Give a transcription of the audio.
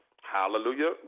Hallelujah